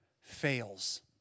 fails